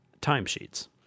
timesheets